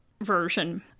version